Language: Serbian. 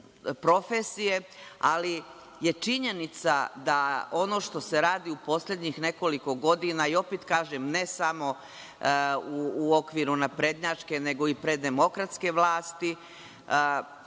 ali je činjenica da ono što se radi u poslednjih nekoliko godina, i opet kažem ne samo u okviru naprednjačke nego i pre, demokratske vlasti,